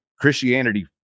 Christianity